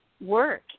work